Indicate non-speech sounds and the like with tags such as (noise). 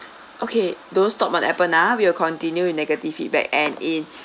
okay don't stop on Appen ah we will continue in negative feedback and in (breath)